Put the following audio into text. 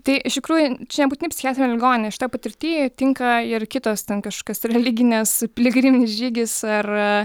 tai iš tikrųjų čia nebūtinai psichiatrinė ligoninė šitoj patirty tinka ir kitos ten kažkokios religinės piligriminis žygis ar